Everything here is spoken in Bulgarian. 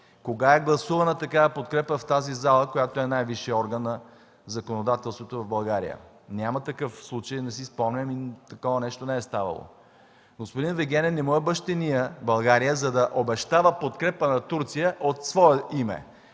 Кога е гласувана такава подкрепа в тази зала, която е най-висшият орган на законодателството в България? Няма такъв случай, не си спомням, такова нещо не е ставало. На господин Вигенин България не му е бащиния, за да обещава подкрепа на Турция от свое име.